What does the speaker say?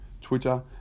Twitter